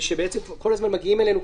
ושכל הזמן מגיעים אלינו,